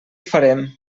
farem